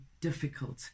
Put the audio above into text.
difficult